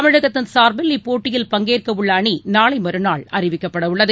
தமிழகத்தின் சார்பில் இப்போட்டியில் பங்கேற்கவுள்ள அணி நாளை மற்நாள் அறிவிக்கப்படவுள்ளது